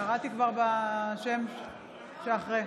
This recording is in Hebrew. כבר קראתי בשם שאחרי.